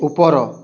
ଉପର